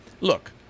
look